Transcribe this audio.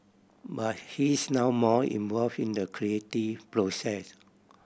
but he's now more involve in the creative process